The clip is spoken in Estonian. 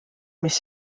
mis